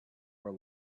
were